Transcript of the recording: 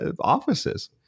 offices